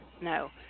No